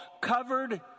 covered